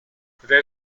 their